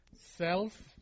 self